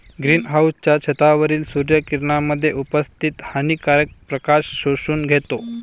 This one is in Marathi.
ग्रीन हाउसच्या छतावरील सूर्य किरणांमध्ये उपस्थित हानिकारक प्रकाश शोषून घेतो